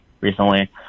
recently